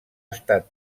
estat